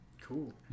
Cool